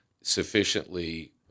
sufficiently